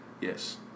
Yes